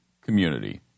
community